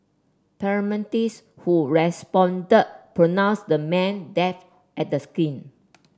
paramedics who responded pronounced the man dead at the skin